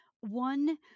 one